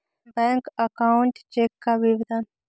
Bank account check का विवरण?